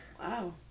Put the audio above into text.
Wow